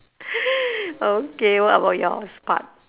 okay what about yours part